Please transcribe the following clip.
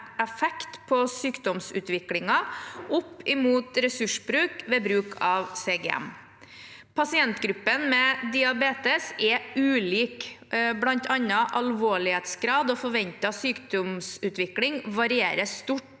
på sykdomsutviklingen opp mot ressursbruk ved bruk av CGM. Pasientgruppen med diabetes er ulik. Blant annet varierer alvorlighetsgrad og forventet sykdomsutvikling stort